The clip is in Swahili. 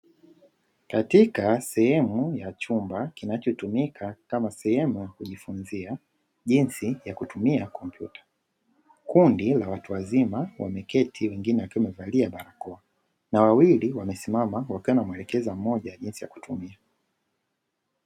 Katika sehemu ya chumba kinachotumika kama sehemu ya kujifunzia jinsi ya kutumia kompyuta. Kundi la watu wazima wameketi, wengine wakiwa wamevalia barakoa. Na wawili wamesimama wakiwa wanamuelekeza mmoja jinsi ya kutumia.